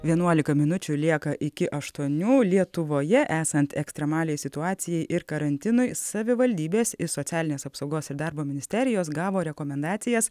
vienuolika minučių lieka iki aštuonių lietuvoje esant ekstremaliai situacijai ir karantinui savivaldybės iš socialinės apsaugos ir darbo ministerijos gavo rekomendacijas